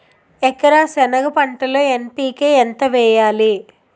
ఎకర సెనగ పంటలో ఎన్.పి.కె ఎంత వేయాలి?